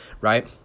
right